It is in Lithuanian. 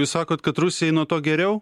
jūs sakot kad rusijai nuo to geriau